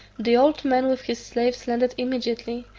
the old man with his slaves landed immediately,